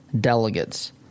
delegates